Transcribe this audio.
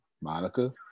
Monica